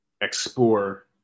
explore